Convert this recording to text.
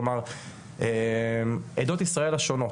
כלומר עדות ישראל השונות,